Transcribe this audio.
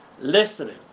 Listening